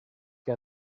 que